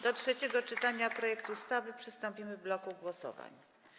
Do trzeciego czytania projektu ustawy przystąpimy w bloku głosowań.